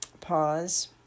pause